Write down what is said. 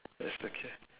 that's okay